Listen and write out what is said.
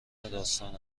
داستان